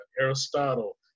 Aristotle